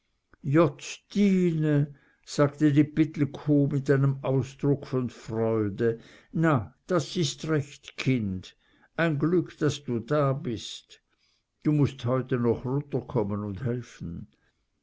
sagte die pittelkow mit einem ausdruck von freude na das ist recht kind ein glück daß du da bist du mußt heute noch runterkommen un helfen